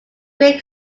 great